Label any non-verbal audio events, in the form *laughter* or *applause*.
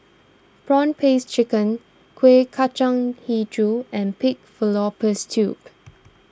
Prawn Paste Chicken Kueh Kacang HiJau and Pig Fallopian Tubes *noise*